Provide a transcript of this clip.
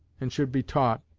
and should be taught,